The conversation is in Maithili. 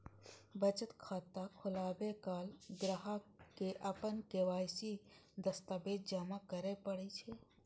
बचत खाता खोलाबै काल ग्राहक कें अपन के.वाई.सी दस्तावेज जमा करय पड़ै छै